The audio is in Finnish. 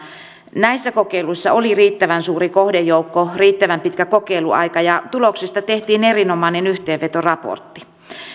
näissä kokeiluissa oli riittävän suuri kohdejoukko riittävän pitkä kokeiluaika ja tuloksista tehtiin erinomainen yhteenvetoraportti